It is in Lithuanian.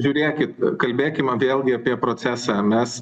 žiūrėkit kalbėkim vėlgi apie procesą mes